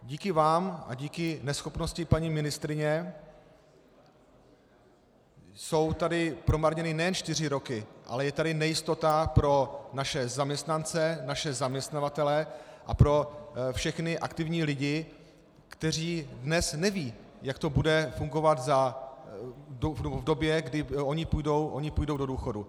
Díky vám a díky neschopnosti paní ministryně jsou tady promarněny nejen čtyři roky, ale je tady nejistota pro naše zaměstnance, naše zaměstnavatele a pro všechny aktivní lidi, kteří dnes nevědí, jak to bude fungovat v době, kdy oni půjdou do důchodu.